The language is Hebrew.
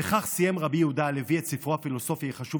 וכך סיים רבי יהודה הלוי את ספרו הפילוסופי החשוב,